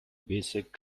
basic